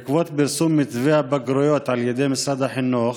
בעקבות פרסום מתווה הבגרויות על ידי משרד החינוך